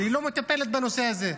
לא מטפלת בנושא הזה.